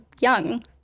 young